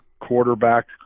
quarterback